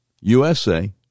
USA